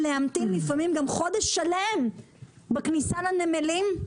המתנה לפעמים גם חודש שלם בכניסה לנמלים?